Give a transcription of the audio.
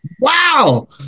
wow